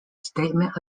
statement